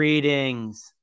Greetings